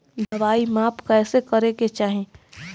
दवाई माप कैसे करेके चाही?